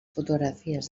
fotografies